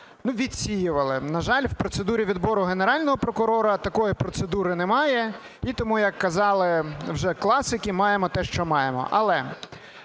відсіювали. На жаль, в процедурі відбору Генерального прокурора такої процедури немає. І тому як казали вже класики, маємо те, що маємо.